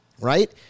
right